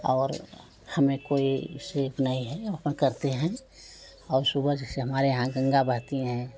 और हमें कोई उस पर नहीं हैं हम अपन करते हैं और सुबह जैसे हमारे यहाँ गंगा बहती हैं